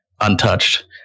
Untouched